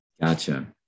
Gotcha